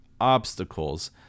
obstacles